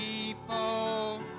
people